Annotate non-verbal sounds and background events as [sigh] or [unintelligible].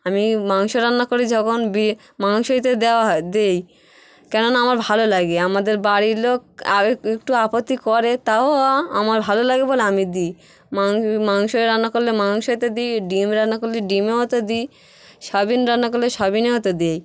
আমি মাংস রান্না করি যখন [unintelligible] মাংসতে দেওয়া হয় দিই কেননা আমার ভালো লাগে আমাদের বাড়ির লোক আর একটু আপত্তি করে তাও আমার ভালো লাগে বলে আমি দিই মাংস রান্না করলে মাংসতে দিই ডিম রান্না করলে ডিমেও তো দিই সোয়াবিন রান্না করলে সোয়াবিনেও তো দিই